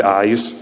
eyes